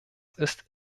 ist